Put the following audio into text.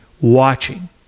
watching